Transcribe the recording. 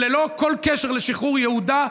וללא כל קשר לשחרור יהודה,